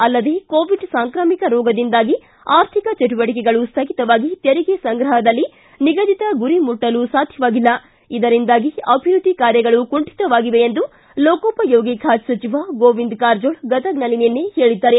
ಅಲ್ಲದೇ ಕೋವಿಡ್ ಸಾಂಕ್ರಾಮಿಕ ರೋಗದಿಂದಾಗಿ ಆರ್ಥಿಕ ಚಟುವಟಿಕೆಗಳು ಸ್ಥಗಿತವಾಗಿ ತೆರಿಗೆ ಸಂಗ್ರಹದಲ್ಲಿ ನಿಗದಿತ ಗುರಿ ಮುಟ್ಟಲು ಸಾಧ್ಯವಾಗಿಲ್ಲ ಇದರಿಂದಾಗಿ ಅಭಿವೃದ್ದಿ ಕಾರ್ಯಗಳು ಕುಂಠಿತವಾಗಿವೆ ಎಂದು ಲೊಕೋಪಯೋಗಿ ಖಾತೆ ಸಚಿವ ಗೋವಿಂದ್ ಕಾರಜೋಳ ಗದಗ್ನಲ್ಲಿ ನಿನ್ನೆ ಹೇಳಿದ್ದಾರೆ